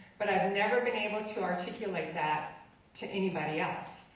but i've never been able to articulate that to anybody else.